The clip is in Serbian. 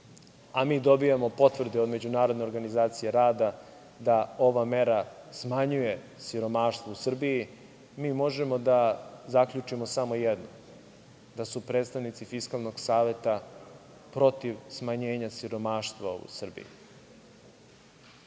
a mi dobijamo potvrde od Međunarodne organizacije rada da ova mera smanjuje siromaštvo u Srbiji, mi možemo da zaključimo samo jedno, a to je da su predstavnici Fiskalnog saveta protiv smanjenja siromaštva u Srbiji. Ne